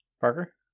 Parker